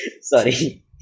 Sorry